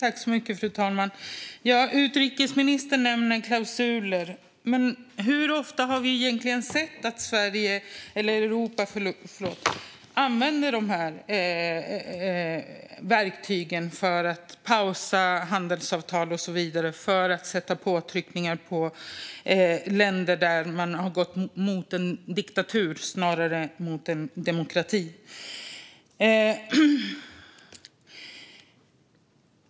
Fru talman! Utrikesministern nämner klausuler. Men hur ofta har vi egentligen sett att Europa använder dessa verktyg för att pausa handelsavtal och så vidare för att göra påtryckningar mot länder där man har gått mot en diktatur snarare än mot en demokrati?